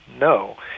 no